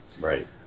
Right